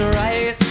right